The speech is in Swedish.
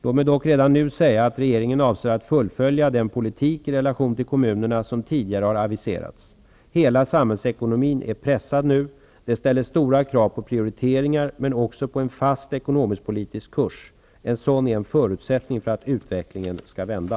Låt mig dock redan nu säga att regeringen avser att fullfölja den politik, i relation till kommunerna, som tidigare har aviserats. Hela samhällsekonomin är pressad nu. Det ställer stora krav på prioriteringar, men också på en fast ekonomiskpolitisk kurs. En sådan är en förutsättning för att utvecklingen skall vända.